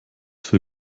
für